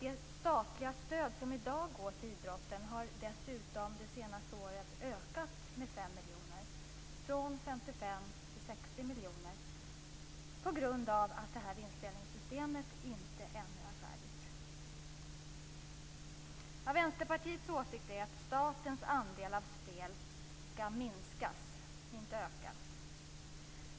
Det statliga stöd som i dag går till idrotten har dessutom det senaste året ökat med 5 miljoner, från 55 till 60 miljoner, på grund av att det här vinstdelningssystemet ännu inte är färdigt. Vänsterpartiets åsikt är att statens andel av spel skall minskas, inte ökas.